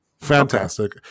Fantastic